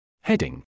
Heading